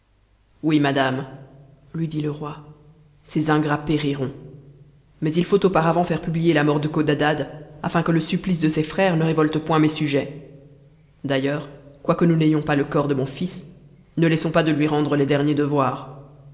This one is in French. oui madame lui dit fc roi ces ingrats périront mais il faut auparavant faire publier la mort de codadad afin que le supplice de ses frères ne révolte point mes sujets d'ailleurs quoique nous n'ayons pas le corps de mon fils ne laissons pas de lui rendre les derniers devoirs